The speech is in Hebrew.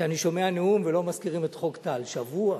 שאני שומע נאום ולא מזכירים את חוק טל, שבוע.